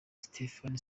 stephen